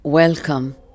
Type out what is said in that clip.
Welcome